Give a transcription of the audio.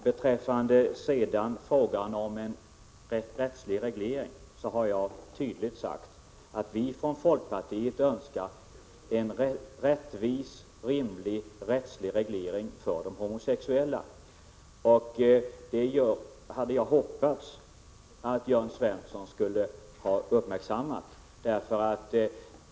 Beträffande frågan om en rättslig reglering har jag tydligt sagt att vi från folkpartiet önskar en rättvis, rimlig, rättslig reglering för de homosexuella. Jag hade hoppats att Jörn Svensson uppmärksammat detta.